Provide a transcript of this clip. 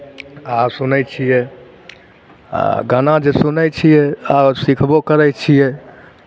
आ सुनै छियै आ गाना जे सुनै छियै आ सिखबो करै छियै